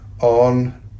on